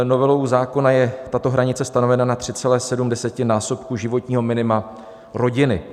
Novelou zákona je tato hranice stanovena na 3,7desetinásobku životního minima rodiny.